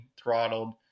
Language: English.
throttled